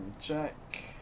check